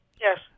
yes